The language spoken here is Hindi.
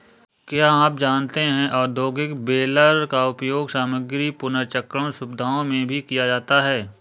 क्या आप जानते है औद्योगिक बेलर का उपयोग सामग्री पुनर्चक्रण सुविधाओं में भी किया जाता है?